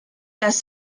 las